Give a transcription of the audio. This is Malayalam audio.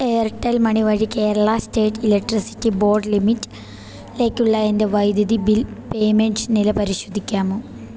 എയർടെൽ മണി വഴി Kerala state electricity board limited ലേക്കുള്ള എൻ്റെ വൈദ്യുതി ബിൽ പേയ്മെൻ്റ് നില പരിശോധിക്കാമോ